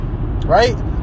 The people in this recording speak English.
Right